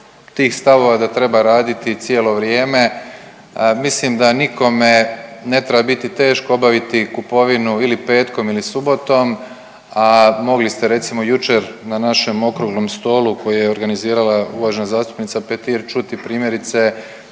da treba raditi cijelo vrijeme mislim da nikome ne treba biti teško obaviti kupovinu ili petkom ili subotom, a mogli ste recimo jučer na našem okruglom stolu koji je organizirala uvažena zastupnica Petir čuti primjerice